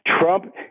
Trump